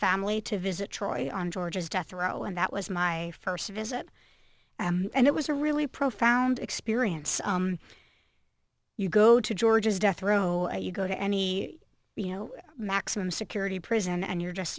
family to visit troy on george's death row and that was my first visit and it was a really profound experience you go to george's death row you go to any you know maximum security prison and you're just